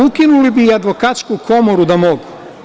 Ukinuli bi i Advokatsku komoru da mogu.